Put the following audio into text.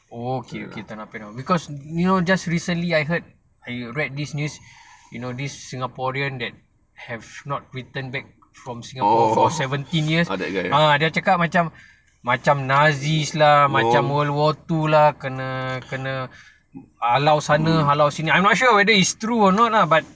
okay okay tanah merah because you know just recently I heard I read this news you know this singaporean that have not return back from singapore for seventeen years ah dia cakap macam macam nazi lah macam world war two lah kena halau sana halau sini I not sure whether it's true or not lah but